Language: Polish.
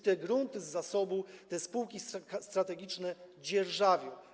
Te grunty z zasobu spółki strategiczne dzierżawią.